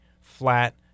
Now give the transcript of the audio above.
flat